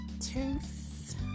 tooth